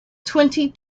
twenty